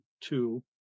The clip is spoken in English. two